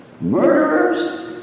murderers